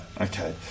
Okay